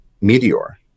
meteor